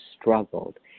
struggled